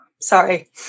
sorry